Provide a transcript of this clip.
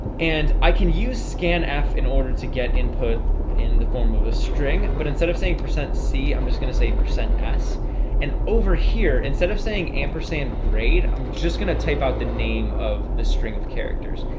and i can use scanf in order to get input in the form of a string but instead of saying percent see i'm just gonna say percent s and over here instead of saying ampersand grade i'm just gonna type out the name of the string of characters.